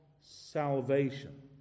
salvation